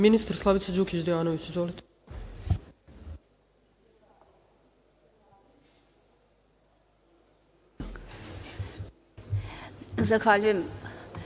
Ministar Slavica Đukić Dejanović. Izvolite.